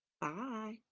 Bye